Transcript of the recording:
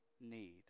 need